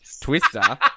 Twister